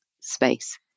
space